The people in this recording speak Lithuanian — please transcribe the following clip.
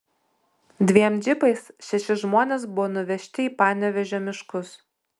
dviem džipais šeši žmonės buvo nuvežti į panevėžio miškus